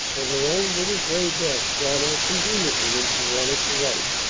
and her own little gray desk drawn out conveniently when she wanted to write.